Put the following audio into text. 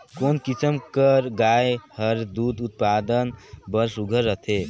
कोन किसम कर गाय हर दूध उत्पादन बर सुघ्घर रथे?